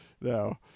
No